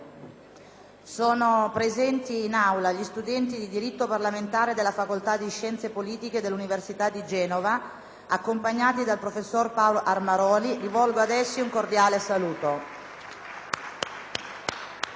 Sono presenti in Aula gli studenti del corso di diritto parlamentare della Facoltà di scienze politiche dell'Università di Genova, accompagnati dal professor Paolo Armaroli. Rivolgo ad essi un cordiale saluto.